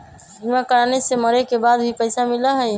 बीमा कराने से मरे के बाद भी पईसा मिलहई?